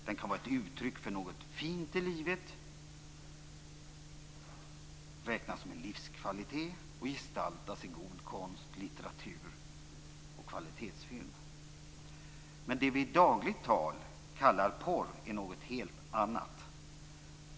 Den kan vara ett uttryck för något fint i livet, räknas som en livskvalitet och gestaltas i god konst, litteratur och kvalitetsfilm. Men det vi i dagligt tal kallar porr är något helt annat.